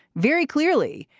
very clearly.